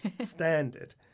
standard